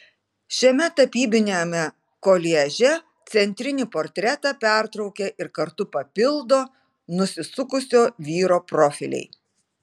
šiame tapybiniame koliaže centrinį portretą pertraukia ir kartu papildo nusisukusio vyro profiliai